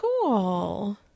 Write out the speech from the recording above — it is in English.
cool